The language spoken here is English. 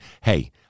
hey